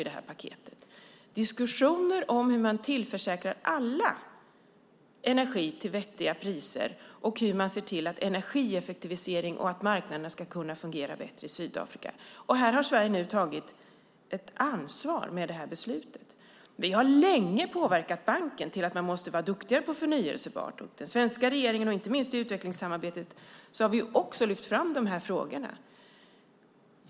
Det har förts diskussioner om hur man tillförsäkrar alla energi till rimliga priser, hur man energieffektiviserar och om hur energimarknaden ska kunna fungera bättre i Sydafrika. Här har Sverige nu tagit ett ansvar med detta beslut. Vi har länge påverkat banken att vara duktigare på förnybart. Den svenska regeringen har inte minst i utvecklingssamarbetet lyft fram dessa frågor.